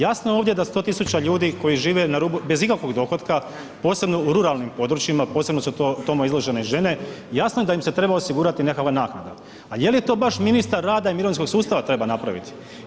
Jasno je ovdje da 100 000 ljudi koji žive na rubu, bez ikakvog dohotka, posebno u ruralnim područjima, posebno su tome izložene i žene, jasno je da im se treba osigurati nekakva naknada ali je li to baš ministar rada i mirovinskog sustava treba napraviti?